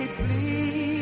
please